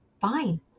fine